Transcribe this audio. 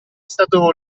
stato